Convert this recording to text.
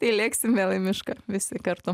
tai lėksim vėl į mišką visi kartu